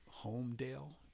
homedale